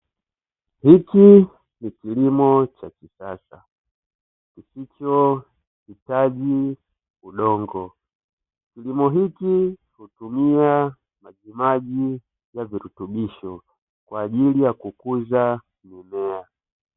Hiki ni kilimo cha kisasa kisichohitaji udongo, kilimo hiki hutumia majimaji ya virutubisho kwa ajili ya kukuza mimea.